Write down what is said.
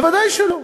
ודאי שלא.